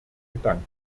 gedankt